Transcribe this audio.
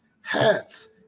hats